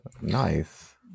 nice